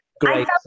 great